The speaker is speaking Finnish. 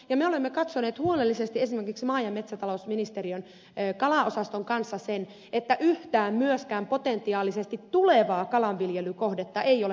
me olemme katsoneet huolellisesti esimerkiksi maa ja metsätalousministeriön kalaosaston kanssa sen että yhtään myöskään potentiaalisesti tulevaa kalanviljelykohdetta ei ole kansallispuiston rajauksen sisäpuolella